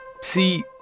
See